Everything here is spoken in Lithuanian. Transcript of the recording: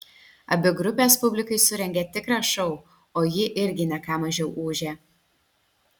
abi grupės publikai surengė tikrą šou o ji irgi ne ką mažiau ūžė